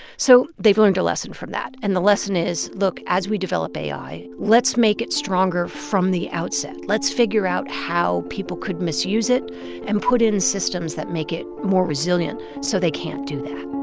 so they've learned a lesson from that. and the lesson is, look. as we develop ai, let's make it stronger from the outset. let's figure out how people could misuse it and put in systems that make it more resilient so they can't do that